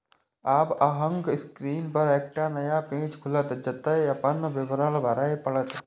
आब अहांक स्क्रीन पर एकटा नया पेज खुलत, जतय अपन विवरण भरय पड़त